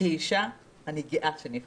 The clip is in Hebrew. כאישה אני גאה שנבחרת,